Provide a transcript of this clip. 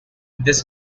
this